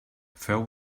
feu